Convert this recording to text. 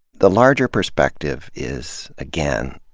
the larger perspective is, again,